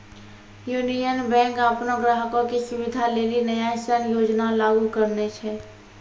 union Bank अपनो ग्राहको के सुविधा लेली नया ऋण योजना लागू करने छै